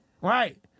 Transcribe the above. Right